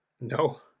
No